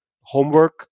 Homework